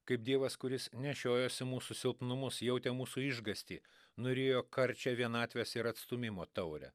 kaip dievas kuris nešiojosi mūsų silpnumus jautė mūsų išgąstį nurijo karčią vienatvės ir atstūmimo taurę